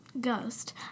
Ghost